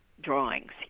drawings